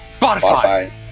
Spotify